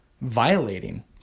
violating